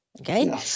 Okay